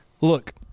Look